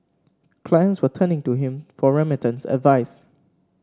clients were turning to him for remittance advice